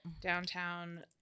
downtown